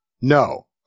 No